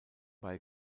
bei